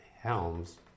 Helms